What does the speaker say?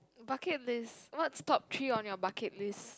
bucket list what's top three on your bucket list